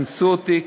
אנסו אותי,